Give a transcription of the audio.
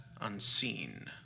unseen